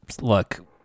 Look